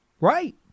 Right